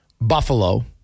Buffalo